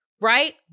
right